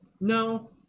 No